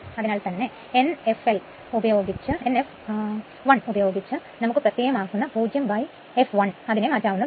അതിനാൽ തന്നെ n fl ഉപയോഗിച്ചു നമുക്ക് പ്രത്യയം ആകുന്ന 0fl ഇനെ മാറ്റാവുന്നതാണ്